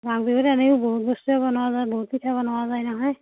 মাঘ বিহুত এনেই বহুত বস্তুৱে বনোৱা যায় বহুত পিঠা বনোৱা যায় নহয়